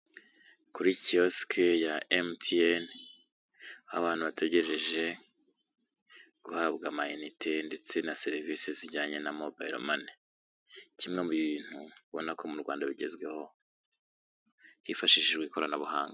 Kuri kiyosike ya MTN abantu bategereje guhabwa amayinite ndetse na serivisi zijyanye na Mobile Money, kimwe mu bintu ubona ko mu Rwanda bigezweho hifashishijwe ikoranabuhanga.